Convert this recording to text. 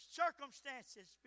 circumstances